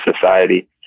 society